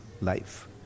life